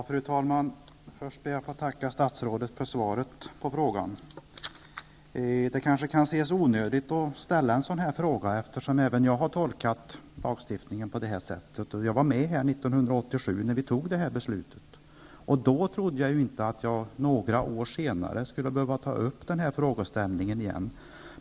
Fru talman! Först ber jag att få tacka statsrådet för svaret på frågan. Det kanske kan anses onödigt att framställa en sådan här fråga, eftersom jag har tolkat lagstiftningen på samma sätt som statsrådet. Jag var med 1987 när kammaren fattade det här beslutet. Då trodde jag inte att jag några år senare skulle behöva resa frågeställningen igen.